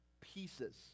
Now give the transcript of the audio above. pieces